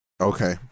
Okay